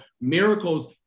miracles